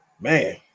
man